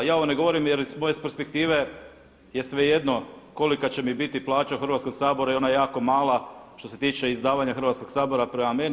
Ja ovo ne govorim jer iz moje perspektive je svejedno kolika će mi biti plaća u Hrvatskom saboru i ona je jako mala što se tiče izdavanja Hrvatskog sabora prema meni.